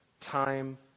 time